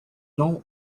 nom